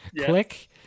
Click